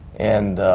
and